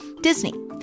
Disney